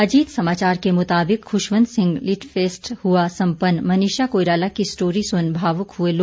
अजीत समाचार के मुताबिक खुशवंत सिंह लिटफेस्ट हुआ संपन्न मनीषा कोइराला की स्टोरी सुन भावुक हुए लोग